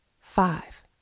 five